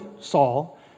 Saul